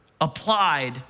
applied